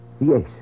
Yes